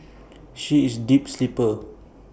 she is A deep sleeper